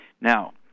Now